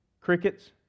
crickets